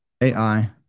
AI